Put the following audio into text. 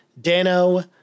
Dano